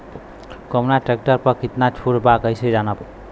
कवना ट्रेक्टर पर कितना छूट बा कैसे जानब?